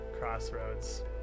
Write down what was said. crossroads